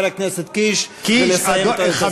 אדוני מוזמן לשבת ליד חבר הכנסת קיש ולסיים אתו את השיחה.